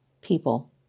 people